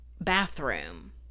bathroom